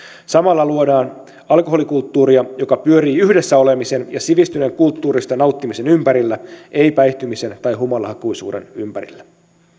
samalla luodaan alkoholikulttuuria joka pyörii yhdessä olemisen ja sivistyneen kulttuurista nauttimisen ympärillä ei päihtymisen tai humalahakuisuuden ympärillä